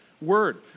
word